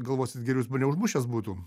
galvosit jis mane užmušęs būtų